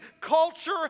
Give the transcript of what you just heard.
culture